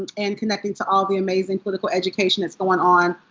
and connecting to all the amazing political education that's going on,